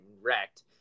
wrecked